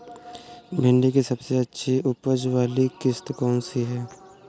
भिंडी की सबसे अच्छी उपज वाली किश्त कौन सी है?